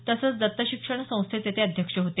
तसंच दत्त शिक्षण संस्थेचे ते अध्यक्ष होते